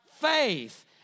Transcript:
faith